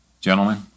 Gentlemen